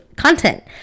content